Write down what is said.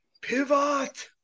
pivot